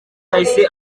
yahise